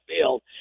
field